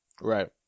Right